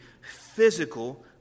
physical